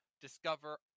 discover